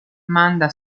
manda